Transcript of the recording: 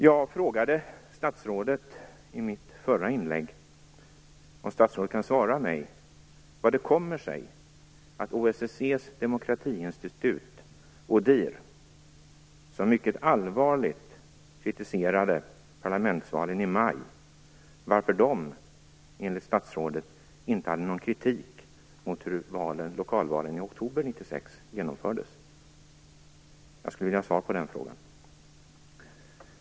Jag frågade statsrådet i mitt förra inlägg vad det kommer sig att OSSE:s demokratiinstitut ODIHR, som mycket allvarligt kritiserade parlamentsvalen i maj, inte hade någon kritik mot hur lokalvalen i oktober 96 genomfördes. Jag skulle vilja ha svar på den frågan.